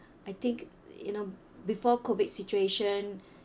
I think you know before COVID situation